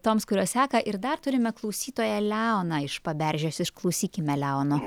toms kurios seka ir dar turime klausytoją leoną iš paberžės išklausykime leono